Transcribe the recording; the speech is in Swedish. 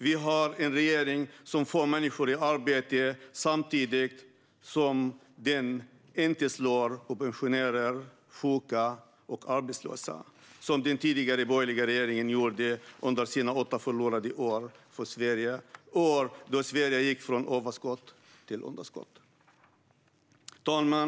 Vi har en regering som får människor i arbete samtidigt som den inte slår mot pensionärer, sjuka och arbetslösa, som den tidigare borgerliga regeringen gjorde under sina åtta förlorade år för Sverige - år då Sverige gick från överskott till underskott. Herr talman!